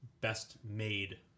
best-made